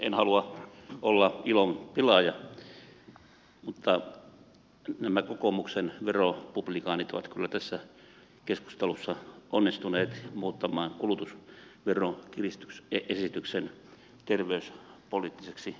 en halua olla ilonpilaaja mutta nämä kokoomuksen veropublikaanit ovat kyllä tässä keskustelussa onnistuneet muuttamaan kulutusveron kiristysesityksen terveyspoliittiseksi keskusteluksi